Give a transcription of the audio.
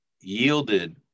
yielded